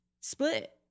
split